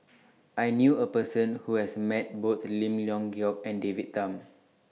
I knew A Person Who has Met Both Lim Leong Geok and David Tham